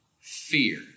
fear